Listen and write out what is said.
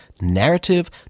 narrative